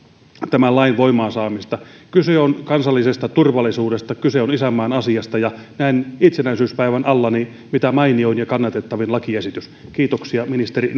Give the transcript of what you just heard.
tämän lain voimaan saamista kyse on kansallisesta turvallisuudesta kyse on isänmaan asiasta ja se on näin itsenäisyyspäivän alla mitä mainioin ja kannatettavin lakiesitys kiitoksia ministeri